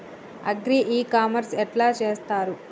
Agri e commerce ఎట్ల చేస్తరు?